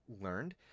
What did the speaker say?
learned